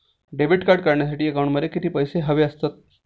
Debit card काढण्यासाठी अकाउंटमध्ये किती पैसे हवे असतात?